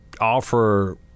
offer